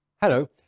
Hello